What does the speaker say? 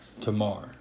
tomorrow